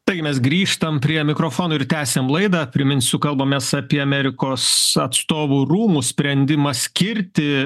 tai mes grįžtam prie mikrofonų ir tęsiam laidą priminsiu kalbamės apie amerikos atstovų rūmų sprendimą skirti